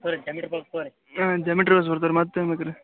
ತೋರಿ geometry box ತೋರಿ ಹಾಂ ಜಾಮಿಟ್ರಿ ಬಾಕ್ಸ್ ಬರ್ತ್ ತೋರಿ ಮತ್ತು ಏನು ಬೇಕು ರೀ